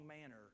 manner